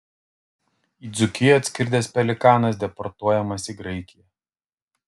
į dzūkiją atskridęs pelikanas deportuojamas į graikiją